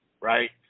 right